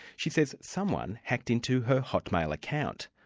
she says someone hacked into her hotmail account.